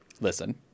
listen